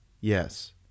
Yes